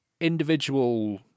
individual